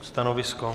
Stanovisko?